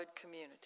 community